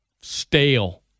stale